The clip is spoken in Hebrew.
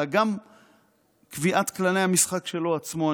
אלא גם קביעת כללי המשחק שלו עצמו.